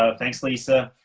ah thanks, lisa.